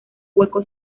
hueco